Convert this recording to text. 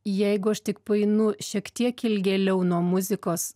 jeigu aš tik paeinu šiek tiek ilgėliau nuo muzikos